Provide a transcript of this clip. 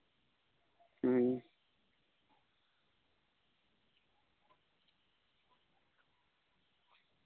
ᱦᱩᱸ